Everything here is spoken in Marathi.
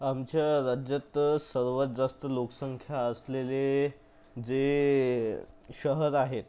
आमच्या राज्यात तर सर्वात जास्त लोकसंख्या असलेले जे शहर आहेत